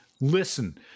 listen